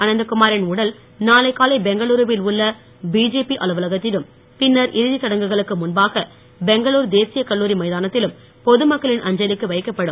அனந்தகுமாரின் உடல் நாளை காலை பெங்களுருவில் உள்ள பிஜேபி அலுவலகத்திலும் பின்னர் இறுதிச் சடங்குகளுக்கு முன்பாக பெங்களுர் தேசிய கல்லுரி மைதானத்திலும் பொது மக்களின் அஞ்சலிக்கு வைக்கப்படும்